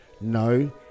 no